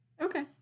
Okay